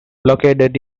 located